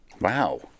Wow